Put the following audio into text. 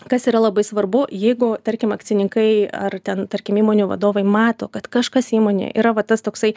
kas yra labai svarbu jeigu tarkim akcininkai ar ten tarkim įmonių vadovai mato kad kažkas įmonėj yra va tas toksai